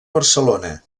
barcelona